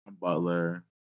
Butler